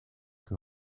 que